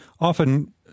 often